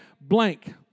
blank